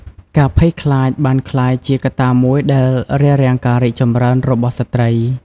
ការភ័យខ្លាចបានក្លាយជាកត្តាមួយដែលរារាំងការរីកចម្រើនរបស់ស្ត្រី។